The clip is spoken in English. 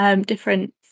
Different